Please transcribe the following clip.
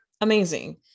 amazing